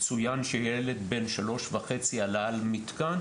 צוין שילד בן שלוש וחצי עלה על מתקן,